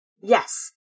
Yes